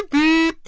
hey